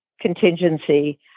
contingency